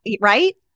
Right